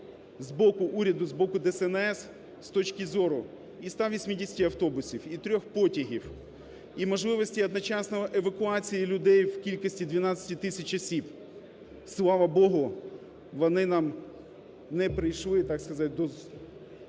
боку уряду, з боку ДСНС, з точки зору, і 180 автобусів, і трьох потягів, і можливості одночасної евакуації людей в кількості 12 тисяч осіб. Слава Богу, вони нам не прийшли, так сказати, до потреби.